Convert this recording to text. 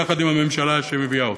יחד עם הממשלה שמביאה אותו.